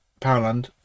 Powerland